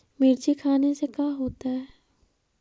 मिर्ची खाने से का होता है?